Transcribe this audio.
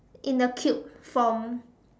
in the cube form